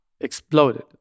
exploded